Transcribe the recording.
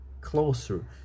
closer